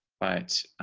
but